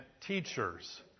teachers